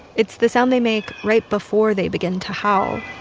it's the sound they make right before they begin to howl